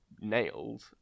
nailed